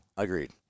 Agreed